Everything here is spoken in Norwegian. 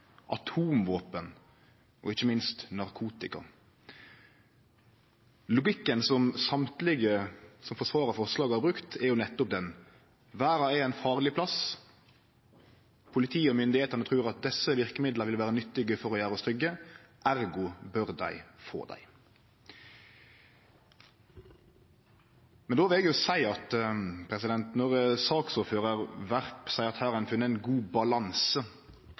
atomvåpen og ikkje minst narkotika? Logikken som alle som forsvarar forslaga, har brukt, er nettopp den: Verda er ein farleg plass. Politiet og myndigheitene trur at desse verkemidla vil vere nyttige for å gjere oss trygge, ergo bør dei få dei. Men då vil eg seie at når saksordførar Werp seier at her har ein funne ein god balanse